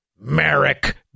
Merrick